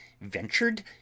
ventured